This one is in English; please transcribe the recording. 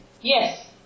Yes